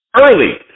early